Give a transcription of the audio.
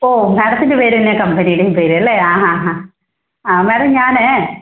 ഓ മാഡത്തിൻ്റെ പേര് തന്നെയാണ് കമ്പനിയുടെയും പേര് അല്ലേ ആ ഹാ ഹാ ആ മാഡം ഞാൻ